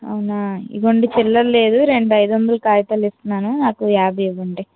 అవునా ఇదిగోండి చిల్లర లేదు రెండు ఐదు వందల కాగితాలు ఇస్తున్నాను నాకు యాభై ఇవ్వండి